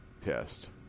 Test